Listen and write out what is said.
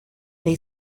they